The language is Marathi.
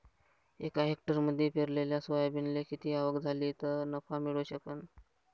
एका हेक्टरमंदी पेरलेल्या सोयाबीनले किती आवक झाली तं नफा मिळू शकन?